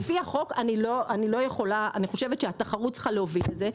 אני חושבת שהתחרות צריכה להוביל לזה.